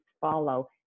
follow